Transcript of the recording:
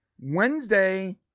Wednesday